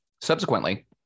Subsequently